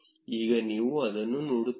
ಈಗ ನೀವು ಅದನ್ನು ನೋಡುತ್ತಾರೆ